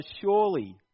surely